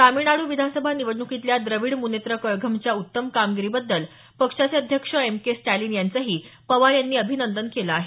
तामिळनाडू विधानसभा निवडणुकीतल्या द्रविड मुनेत्र कळघमच्या उत्तम कामगिरीबद्दल पक्षाचे अध्यक्ष एम के स्टॅलिन यांचंही पवार यांनी अभिनंदन केलं आहे